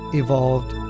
evolved